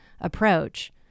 approach